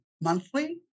monthly